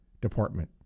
department